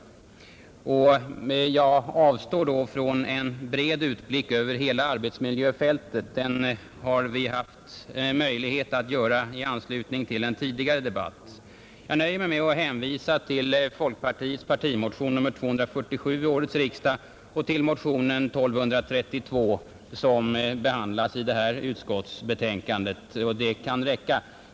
Jag avstår då från en bred utblick över hela arbetsmiljöfältet — den har vi haft möjlighet att göra i anslutning till en tidigare debatt. Jag nöjer mig med att hänvisa till folkpartiets partimotion nr 247 vid årets riksdag och till motionen 1232 som behandlas i det här utskottsbetänkandet; det kan räcka.